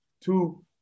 Two